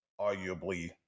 arguably